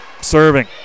serving